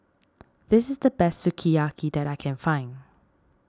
this is the best Sukiyaki that I can find